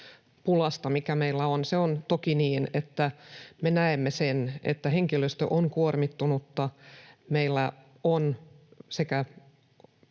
resurssipulasta, mikä meillä on. Se on toki niin ja me näemme sen, että henkilöstö on kuormittunutta. Meillä ovat